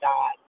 God